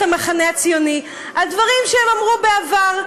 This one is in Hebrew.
המחנה הציוני על דברים שהם אמרו בעבר,